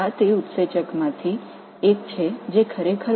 இது மிகவும் முக்கியமான அந்த நொதிகளில் ஒன்றாகும்